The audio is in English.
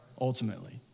ultimately